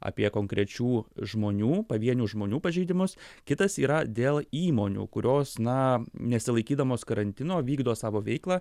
apie konkrečių žmonių pavienių žmonių pažeidimus kitas yra dėl įmonių kurios na nesilaikydamos karantino vykdo savo veiklą